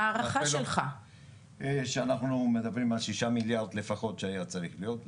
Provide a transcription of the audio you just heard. אני מעריך שאנחנו מדברים על שישה מיליארד לפחות שהיה צריך להיות.